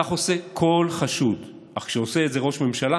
כך עושה כל חשוד, אך כשעושה את זה ראש ממשלה